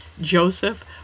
Joseph